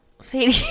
Sadie